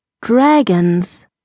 dragons